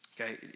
okay